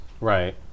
Right